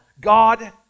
god